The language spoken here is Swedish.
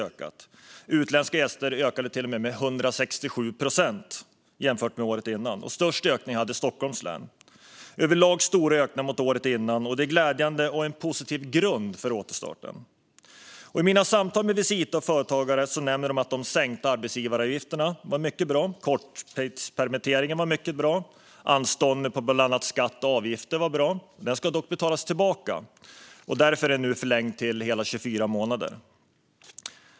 Antalet utländska gäster ökade med 167 procent jämfört med året innan. Störst ökning hade Stockholms län. Överlag är det stora ökningar jämfört med året innan. Det är glädjande och en positiv grund för återstarten. I mina samtal med Visita och företagare nämner de att de sänkta arbetsgivaravgifterna var mycket bra. Korttidspermitteringen var mycket bra. Det var bra med anstånd med bland annat inbetalning av skatter och avgifter. De ska dock betalas och har förlängts till hela 24 månader.